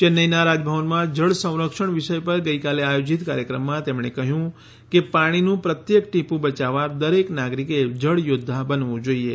ચેન્નાઈનાં રાજભવનમાં જળસંરક્ષણ વિષય પર ગઈકાલે આયોજીત કાર્યક્રમમાં તેમણે કહ્યું કે પાણીનું પ્રત્યેક ટીપું બયાવવા દરેક નાગરીકે જળયોધ્યા બનવું જોઈએ